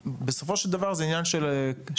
בסופו של דבר זה עניין של כסף,